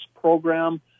program